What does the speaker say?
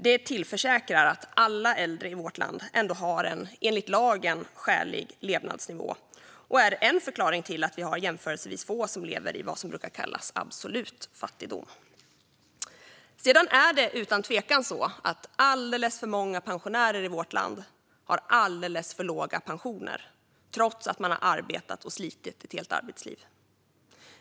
Detta tillförsäkrar att alla äldre i vårt land ändå har en enligt lagen skälig levnadsnivå och är en förklaring till att vi har jämförelsevis få som lever i vad som brukar kallas absolut fattigdom. Sedan är det utan tvekan så att alltför många pensionärer i vårt land har alldeles för låga pensioner, trots att de arbetat och slitit i ett helt arbetsliv.